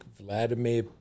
Vladimir